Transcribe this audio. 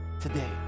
today